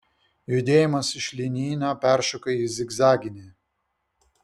judėjimas iš linijinio peršoko į zigzaginį